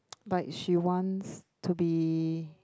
but she wants to be